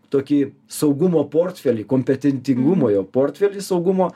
tokį saugumo portfelį kompetentingumo jo portfelį saugumo